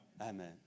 Amen